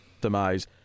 demise